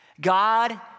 God